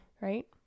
Right